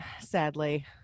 sadly